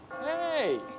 hey